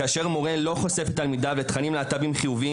כאשר מורה לא חושף את תלמידיו לתכנים להט"בים חיוביים,